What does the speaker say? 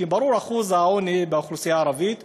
כי ברור שאחוז העוני באוכלוסייה הערבית הוא,